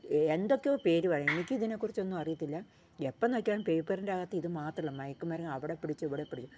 എന്തൊക്കെയോ പേരു പറയുന്നു എനിക്ക് ഇതിനെ കുറിച്ചൊന്നും അറിയത്തില്ല എപ്പോൾ നോക്കിയാലും പേപ്പറിൻ്റെ അകത്ത് ഇത് മാത്രല്ല മയക്കുമരുന്ന് അവിടെ പിടിച്ചു ഇവിടെ പിടിച്ചു